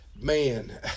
Man